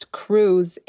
cruise